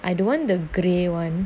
I don't want the grey one